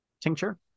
tincture